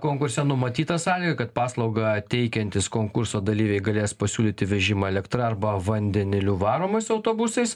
konkurse numatytas atvejų kad paslaugą teikiantys konkurso dalyviai galės pasiūlyti vežimą elektra arba vandeniliu varomais autobusais